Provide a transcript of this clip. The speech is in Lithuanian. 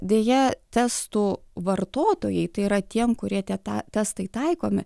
deja testų vartotojai tai yra tiem kurie tie tą testai taikomi